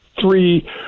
three